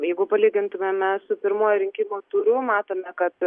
jeigu palygintumėme su pirmuoju rinkimų turu matome kad